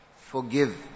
Forgive